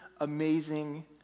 amazing